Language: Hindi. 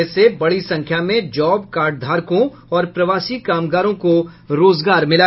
इससे बड़ी संख्या में जॉब कार्डधारकों और प्रवासी कामगारों को रोजगार मिला है